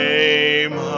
name